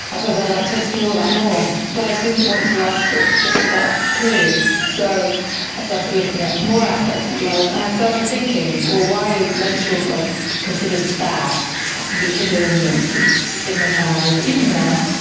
i so thought i'd like to explore that more. but i didn't want to write a book just about periods, so i started looking at more aspects of blood and i started thinking, well, why is menstrual blood considered bad, it has to be hidden and it's stigmatised, even now.